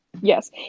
yes